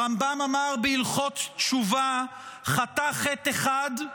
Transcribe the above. הרמב"ם אמר בהלכות תשובה: "חטא חטא אחד,